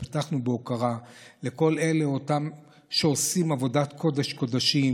פתחנו בהוקרה לכל אלה שעושים עבודת קודש קודשים,